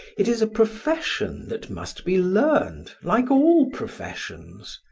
it is a profession that must be learned like all professions.